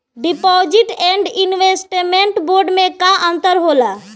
Deposit and investment bond मे का अंतर होला?